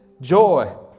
joy